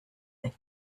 that